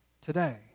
today